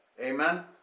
Amen